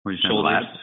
Shoulders